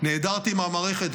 נעדרתי מהמערכת,